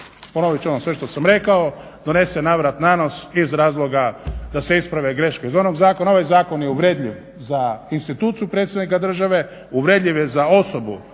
ponovit ću ono sve što sam rekao donesen navrat nanos iz razloga da se isprave greške iz onog zakona. Ovaj zakon je uvredljiv za instituciju predsjednika države, uvredljiv je za osobu